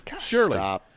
Surely